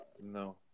no